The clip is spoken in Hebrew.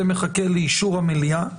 זה מחכה לאישור המליאה,